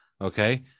Okay